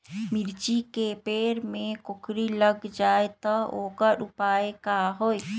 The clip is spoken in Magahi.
मिर्ची के पेड़ में कोकरी लग जाये त वोकर उपाय का होई?